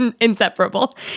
Inseparable